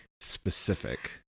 specific